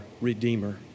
Redeemer